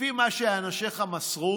לפי מה שאנשיך מסרו